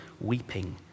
weeping